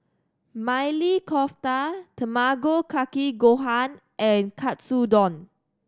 Maili Kofta Tamago Kake Gohan and Katsudon